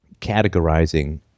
categorizing